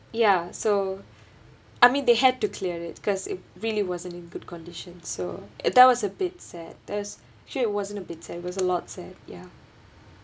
ya so I mean they had to clear it cause it really wasn't in good condition so and that was a bit sad that's actually wasn't a bit sad was a lot of sad ya